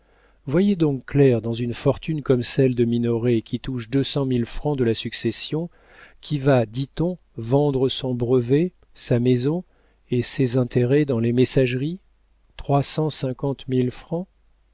voyez donc clair dans une fortune comme celle de minoret qui touche deux cent mille francs de la succession qui va dit-on vendre son brevet sa maison et ses intérêts dans les messageries trois